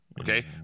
Okay